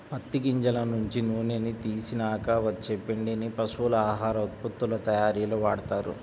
పత్తి గింజల నుంచి నూనెని తీసినాక వచ్చే పిండిని పశువుల ఆహార ఉత్పత్తుల తయ్యారీలో వాడతారు